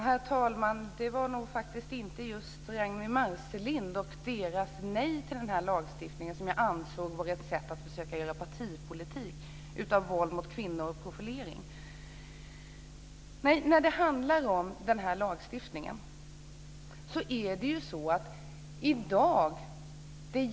Herr talman! Det var faktiskt inte just Ragnwi Marcelinds och kristdemokraternas nej till denna lagstiftning som jag ansåg var ett sätt att försöka göra partipolitik av frågan om våld mot kvinnor.